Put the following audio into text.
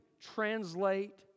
translate